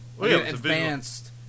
advanced